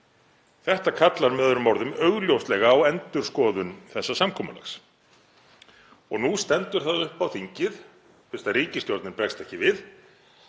Þetta kallar með öðrum orðum augljóslega á endurskoðun þessa samkomulags. Nú stendur það upp á þingið, fyrst ríkisstjórnin bregst ekki við,